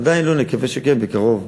עדיין לא, נקווה שכן, בקרוב.